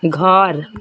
घर